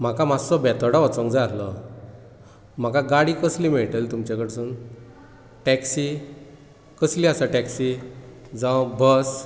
म्हाका मात्सो बेतोडा वचोंग जाय आसलो म्हाका गाडी कसली मेळटली तुमच्या कडसून टेक्सी कसली आसा टॅक्सी जावं बस